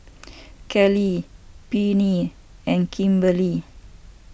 Kelli Pernell and Kimberlie